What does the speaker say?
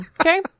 Okay